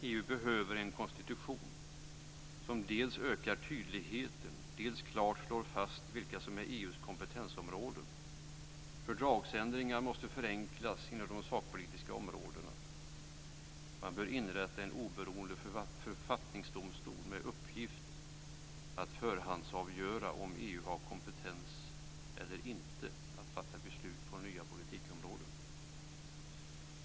EU behöver en konstitution som dels ökar tydligheten, dels klart slår fast vilka som är EU:s kompetensområden. Fördragsändringar måste förenklas inom de sakpolitiska områdena. Man bör inrätta en oberoende författningsdomstol med uppgift att förhandsavgöra om EU har kompetens eller inte att fatta beslut på nya politikområden.